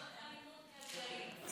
זאת אלימות כלכלית.